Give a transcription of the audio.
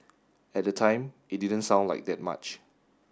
at the time it didn't sound like that much